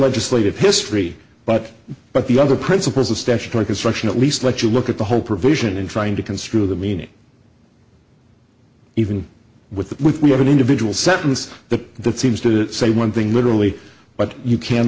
legislative history but but the other principles of statutory construction at least let you look at the whole provision and trying to construe the meaning even with that we have an individual sentence the that seems to say one thing literally but you can